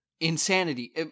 insanity